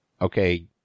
okay